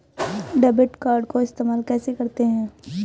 Debit card को इस्तेमाल कैसे करते हैं?